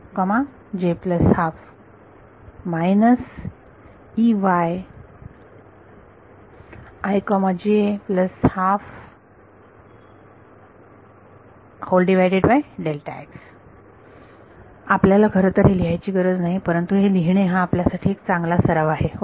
तर हे असे होईल आपल्याला खरं तर हे लिहायची गरज नाही परंतु हे लिहिणे हा आपल्यासाठी एक चांगला सराव आहे ओके